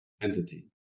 entity